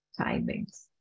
timings